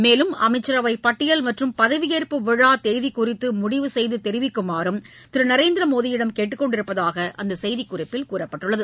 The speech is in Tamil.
மேலும் அமைச்சரவை பட்டியல் மற்றும் பதவியேற்பு விழா தேதி குறித்து முடிவு செய்து தெரிவிக்குமாறும் திரு நரேந்திர மோடியிடம் கேட்டுக் கொண்டிருப்பதாக அந்த செய்திக்குறிப்பில் கூறப்பட்டுள்ளது